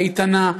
האיתנה,